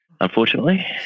unfortunately